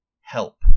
help